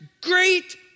great